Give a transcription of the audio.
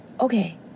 okay